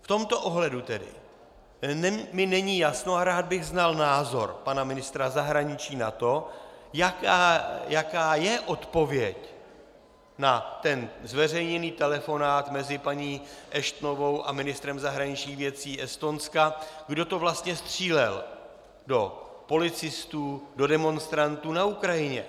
V tomto ohledu mi tedy není jasno a rád bych znal názor pana ministra zahraničí na to, jaká je odpověď na zveřejněný telefonát mezi paní Ashtonovou a ministrem zahraničních věcí Estonska, kdo to vlastně střílel do policistů, do demonstrantů na Ukrajině.